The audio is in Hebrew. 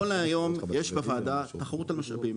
נכון להיום יש בוועדה תחרות על משאבים,